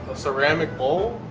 ceramic bowl?